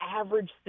average